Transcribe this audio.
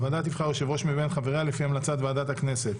הוועדה תבחר יושב-ראש מבין חבריה לפי המלצת ועדת הכנסת.